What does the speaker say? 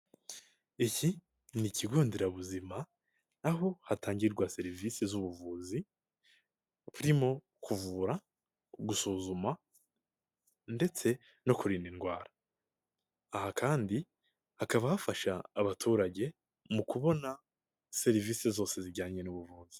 Iki ni ikigo nderabuzima aho hatangirwa serivisi z'ubuvuzi, burimo kuvura, gusuzuma ndetse no kurinda indwara, aha kandi hakaba hafasha abaturage mu kubona serivisi zose zijyanye n'ubuvuzi.